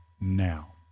now